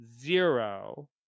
zero